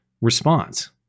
response